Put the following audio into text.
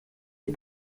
est